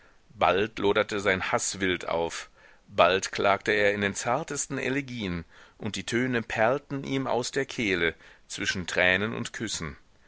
bald loderte sein haß wild auf bald klagte er in den zartesten elegien und die töne perlten ihm aus der kehle zwischen tränen und küssen